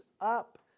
up